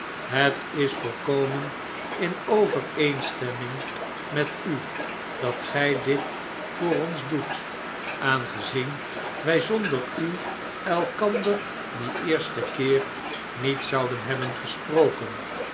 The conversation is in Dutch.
het is volkomen in overeenstemming met u dat gy dit voor ons doet aangezien wy zonderu elkander dien eersten keer niet zouden hebben gesproken